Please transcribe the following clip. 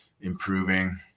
improving